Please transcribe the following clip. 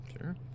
sure